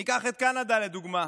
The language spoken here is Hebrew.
ניקח את קנדה לדוגמה.